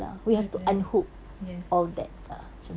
betul yes